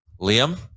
Liam